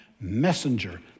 messenger